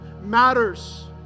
matters